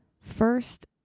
First